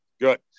Good